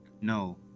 No